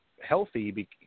healthy